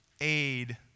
aid